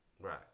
right